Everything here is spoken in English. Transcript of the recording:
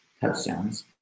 touchdowns